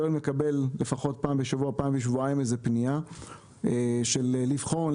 יואל מקבל לפחות פעם בשבוע-שבועיים פנייה בבקשה לבחון,